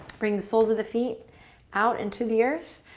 bring the soles of the feet out into the earth.